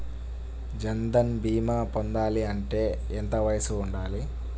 జన్ధన్ భీమా పొందాలి అంటే ఎంత వయసు ఉండాలి?